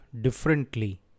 differently